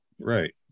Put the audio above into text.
Right